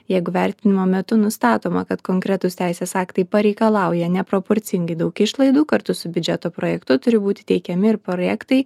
jeigu vertinimo metu nustatoma kad konkretūs teisės aktai pareikalauja neproporcingai daug išlaidų kartu su biudžeto projektu turi būti teikiami ir projektai